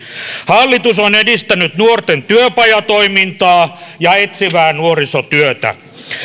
hallitus on edistänyt nuorten työpajatoimintaa ja etsivää nuorisotyötä